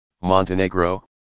Montenegro